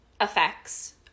effects